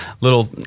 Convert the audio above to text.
little